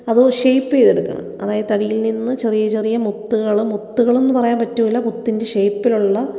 അത് പക്ഷേ ഷെയ്പ്പ് ചെയ്ത് എടുക്കണം അതായത് തടിയില് നിന്ന് ചെറിയ ചെറിയ മുത്തുകൾ മുത്തുകൾ എന്ന് പറയാന് പറ്റില്ല മുത്തിന്റെ ഷെയ്പ്പിലുള്ള